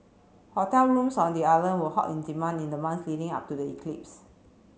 hotel rooms on the island were hot in demand in the months leading up to the eclipse